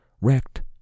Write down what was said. wrecked